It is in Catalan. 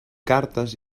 cartes